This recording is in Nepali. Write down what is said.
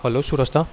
हेलो सूरज दा